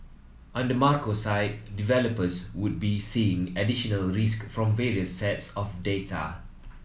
on the macro side developers would be seeing additional risk from various sets of data